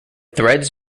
threads